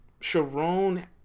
Sharon